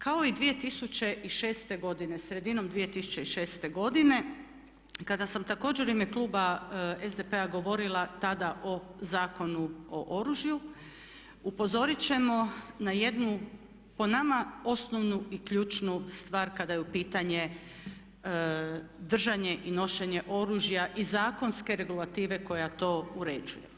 Kao i 2006. godine, sredinom 2006. godine kada sam također u ime kluba SDP-a govorila tada o Zakonu o oružju upozoriti ćemo na jednu po nama osnovnu i ključnu stvar kada je u pitanju držanje i nošenje oružja i zakonske regulative koja to uređuje.